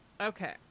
okay